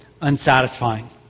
unsatisfying